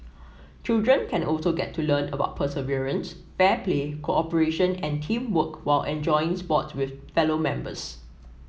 children can also get to learn about perseverance fair play cooperation and teamwork while enjoying sports with fellow members